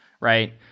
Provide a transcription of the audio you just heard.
right